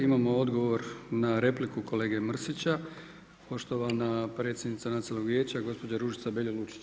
Imamo odgovor na repliku kolege Mrsića, poštovana predsjednica Nacionalnog vijeća gospođa Ružica Beljo Lučić.